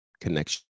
connection